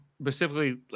specifically